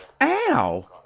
Ow